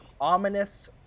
ominous